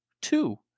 two